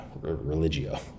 religio